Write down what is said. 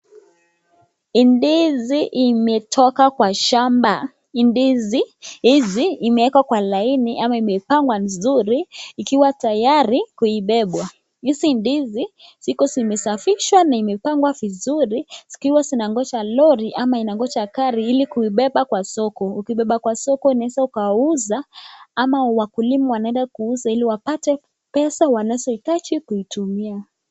Ndizi imetoka kwa shamba. Ndizi hizi imewekwa kwa laini ama imepangwa nzuri ikiwa tayari kuibebwa. Hizi ndizi ziko zimesafishwa na imepangwa vizuri zikiwa zinangoja lori ama zinangoja kari ili kuibeba kwa soko. Ukibeba kwa soko unaweza ukauza ama wakulima wanaenda kuuza ili wapate pesa wanazohitaji kuitumia.